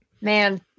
Man